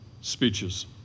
speeches